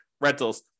rentals